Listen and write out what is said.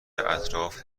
اطراف